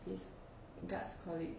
his guard's colleague